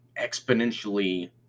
exponentially